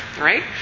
right